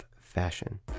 fashion